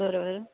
बरोबर